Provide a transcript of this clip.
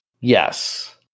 yes